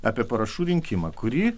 apie parašų rinkimą kurį